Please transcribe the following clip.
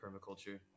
permaculture